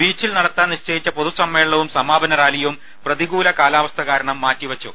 ബീച്ചിൽ നടത്താൻ നിശ്ചയിച്ച പോതുസമ്മേളനവും സമാപന റാലിയും പ്രതികൂല കാലാവസ്ഥ കാരണം മാറ്റിവെച്ചു